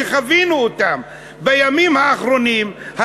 שחווינו אותם בימים האחרונים,